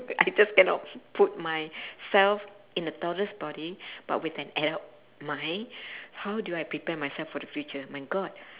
I just cannot put myself in a toddler's body but with an adult mind how do I prepare myself for the future my god